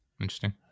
Interesting